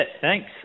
thanks